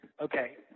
Okay